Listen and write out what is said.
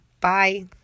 Bye